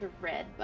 red